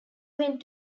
went